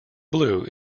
blue